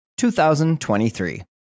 2023